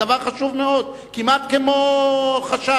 זה דבר חשוב מאוד, כמעט כמו חש"ץ,